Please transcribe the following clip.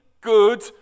good